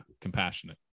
compassionate